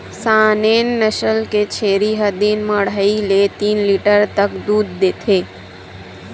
Saanen नसल के छेरी ह दिन म अड़हई ले तीन लीटर तक दूद देथे